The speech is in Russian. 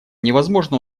невозможно